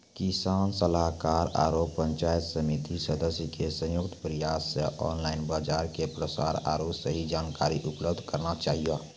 किसान सलाहाकार आरु पंचायत समिति सदस्य के संयुक्त प्रयास से ऑनलाइन बाजार के प्रसार आरु सही जानकारी उपलब्ध करना चाहियो?